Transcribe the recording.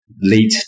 late